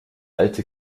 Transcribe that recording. alte